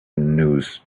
news